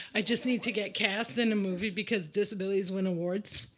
i just need to get cast in a movie, because disabilities win awards.